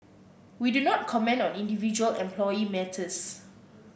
we do not comment on individual employee matters